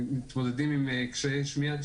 שמתמודדים עם קשיי שמיעה,